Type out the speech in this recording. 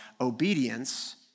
Obedience